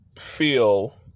feel